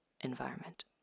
environment